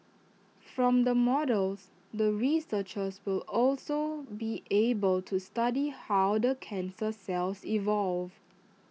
from the models the researchers will also be able to study how the cancer cells evolve